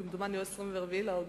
כמדומני, או ב-24 באוגוסט,